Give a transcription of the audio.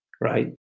right